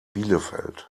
bielefeld